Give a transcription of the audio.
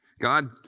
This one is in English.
God